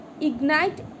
ignite